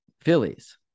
phillies